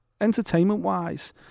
entertainment-wise